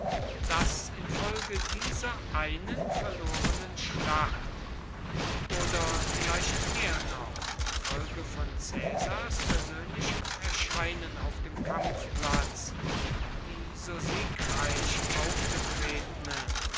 daß infolge dieser einen verlorenen schlacht oder vielleicht mehr noch infolge von caesars persönlichem erscheinen auf dem kampfplatz die so siegreich aufgetretene